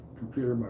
computer